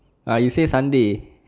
ah you say sunday